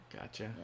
Gotcha